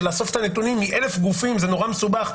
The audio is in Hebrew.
של לאסוף את הנתונים מאלף גופים זה נורא מסובך,